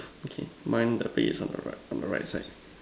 okay mine the bee is on the right on the right side